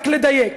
רק לדייק,